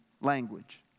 language